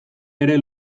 ere